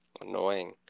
annoying